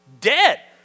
Dead